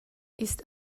ist